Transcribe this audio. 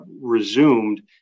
resumed